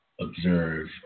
observe